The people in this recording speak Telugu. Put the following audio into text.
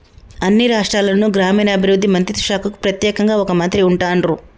అన్ని రాష్ట్రాల్లోనూ గ్రామీణాభివృద్ధి మంత్రిత్వ శాఖకు ప్రెత్యేకంగా ఒక మంత్రి ఉంటాన్రు